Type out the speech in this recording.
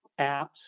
apps